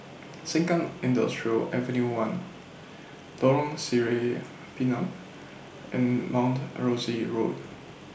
Sengkang Industrial Ave one Lorong Sireh Pinang and Mount A Rosie Road